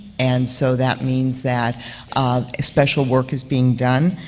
and so that means that um ah special work is being done.